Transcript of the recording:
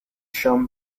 shown